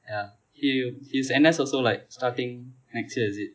yeah hi~ his N_S also like starting next year is it